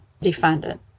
defendant